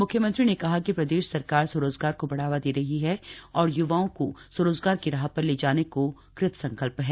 मुख्यमंत्री ने कहा कि प्रदेश सरकार स्वरोजगार को बढ़ावा दे रही हैं युवाओं को स्वरोजगार की राह पर ले जाने को कृतसंकल्प है